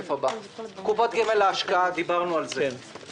קופות גמל להשקעה דיברנו על זה.